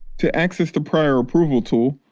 to access the prior approval tool,